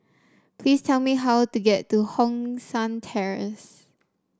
please tell me how to get to Hong San Terrace